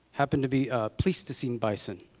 happen to be a pleistocene bison.